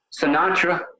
Sinatra